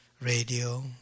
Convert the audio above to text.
radio